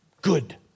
good